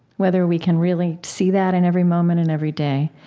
whether we can really see that in every moment and every day.